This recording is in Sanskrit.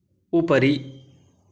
उपरि